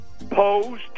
Pose